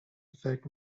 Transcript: effect